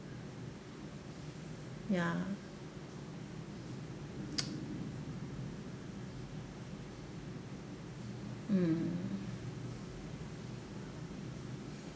ya mm